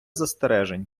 застережень